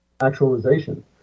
actualization